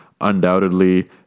undoubtedly